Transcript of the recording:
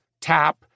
tap